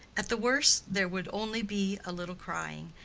at the worst there would only be a little crying,